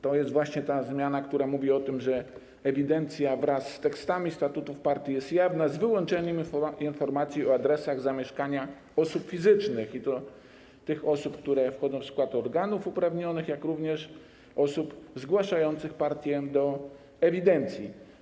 To jest właśnie ta zmiana, która mówi o tym, że ewidencja wraz z tekstami statutów partii jest jawna, z wyłączeniem informacji o adresach zamieszkania osób fizycznych, i to zarówno tych osób, które wchodzą w skład organów uprawnionych, jak również osób zgłaszających partię do ewidencji.